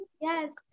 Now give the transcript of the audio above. Yes